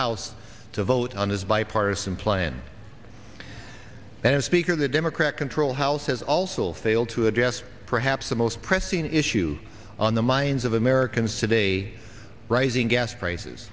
house to vote on this bipartisan plan and speaker the democrat controlled house has also failed to address perhaps the most pressing issue on the minds of americans today a rising gas prices